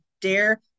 Dare